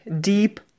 deep